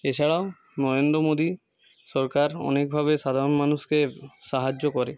এছাড়াও নরেন্দ্র মোদী সরকার অনেকভাবে সাধারণ মানুষকে সাহায্য করে